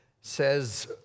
says